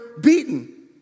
beaten